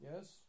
Yes